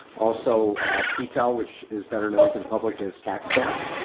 also p tail, which is better known to the public is tax caps,